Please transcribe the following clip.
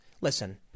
Listen